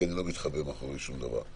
כי אני לא מתחבא מאחורי שום דבר.